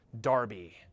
Darby